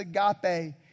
agape